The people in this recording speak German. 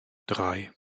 drei